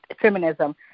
feminism